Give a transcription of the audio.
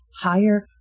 higher